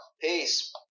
peace